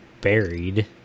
buried